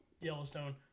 Yellowstone